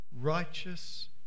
righteous